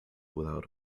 without